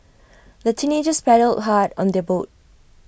the teenagers paddled hard on their boat